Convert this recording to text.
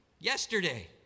yesterday